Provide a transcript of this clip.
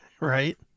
right